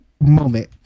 moment